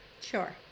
Sure